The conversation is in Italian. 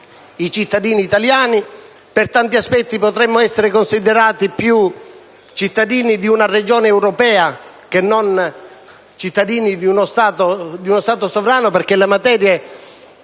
i cittadini italiani. Per molti aspetti potremmo essere considerati cittadini di una regione europea più che di uno Stato sovrano, perché le materie